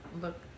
look